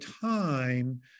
time